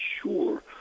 sure